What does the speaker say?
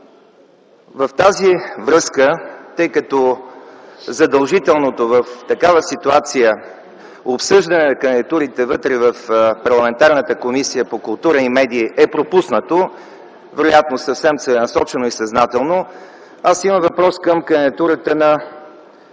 В тази връзка, тъй като задължителното в такава ситуация обсъждане на кандидатурите вътре в парламентарната Комисия по културата, гражданското общество и медиите е пропуснато, вероятно съвсем целенасочено и съзнателно, аз имам въпрос към кандидатурата на